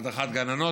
הדרכת גננות,